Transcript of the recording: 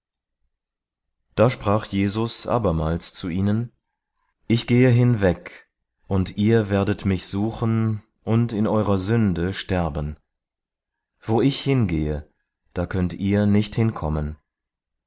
da sprach jesus abermals zu ihnen ich gehe hinweg und ihr werdet mich suchen und in eurer sünde sterben wo ich hin gehe da könnet ihr nicht hin